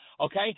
Okay